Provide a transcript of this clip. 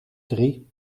drie